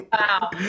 wow